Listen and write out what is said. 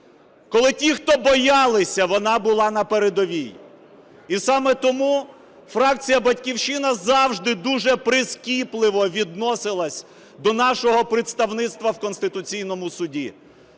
Коли ті, хто боялися – вона була на передовій. І саме тому фракція "Батьківщина" завжди дуже прискіпливо відносилась до нашого представництва в Конституційному Суді.